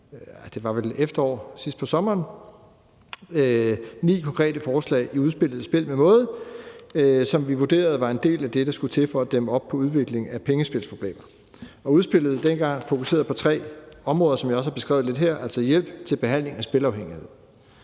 som skatteminister sidst på sommeren ni konkrete forslag i udspillet »Spil med måde«, som vi vurderede var en del af det, der skulle til for at dæmme op for udviklingen af pengespilsproblemer. Udspillet dengang fokuserede på tre områder, som jeg også har beskrevet lidt her, altså inden for hjælp til behandling af spilafhængighed.